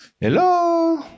Hello